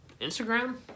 Instagram